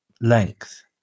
length